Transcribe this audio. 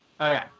Okay